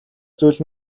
зүйл